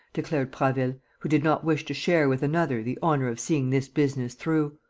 declared prasville, who did not wish to share with another the honour of seeing this business through.